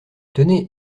tenez